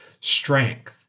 strength